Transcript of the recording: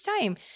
time—